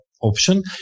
option